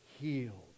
healed